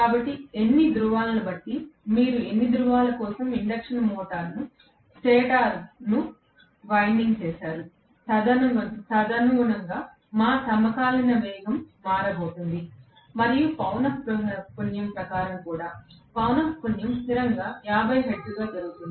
కాబట్టి ఎన్ని ధ్రువాలను బట్టి మీరు ఎన్ని ధ్రువాల కోసం ఇండక్షన్ మోటారు స్టేటర్ను గాయపరిచారు తదనుగుణంగా మా సమకాలిక వేగం మారబోతోంది మరియు పౌనః పున్యం ప్రకారం కూడా పౌనః పున్యం స్థిరంగా 50 హెర్ట్జ్గా జరుగుతుంది